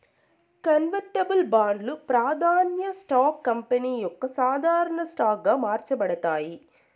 convertible బాండ్లు, ప్రాదాన్య stocks company యొక్క సాధారన స్టాక్ గా మార్చబడతాయి